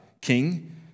king